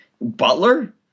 Butler